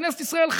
לכנסת ישראל,